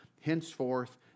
henceforth